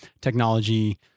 technology